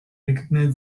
recognise